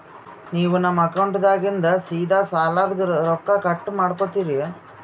ನೀವು ನಮ್ಮ ಅಕೌಂಟದಾಗಿಂದ ಸೀದಾ ಸಾಲದ ರೊಕ್ಕ ಕಟ್ ಮಾಡ್ಕೋತೀರಿ?